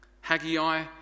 Haggai